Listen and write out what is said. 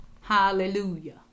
Hallelujah